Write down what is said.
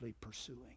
pursuing